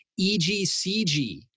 EGCG